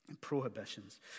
prohibitions